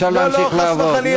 אפשר להמשיך לעבוד.